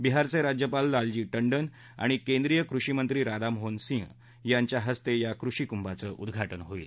बिहारचे राज्यपाल लालजी टंडन आणि केंद्रीय कृषीमंत्री राधामोहन सिंग यांच्याहस्ते या कृषीकुंभाचं उद्घाटन होणार आहे